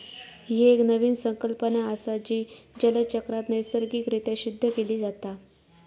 ही एक नवीन संकल्पना असा, जी जलचक्रात नैसर्गिक रित्या शुद्ध केली जाता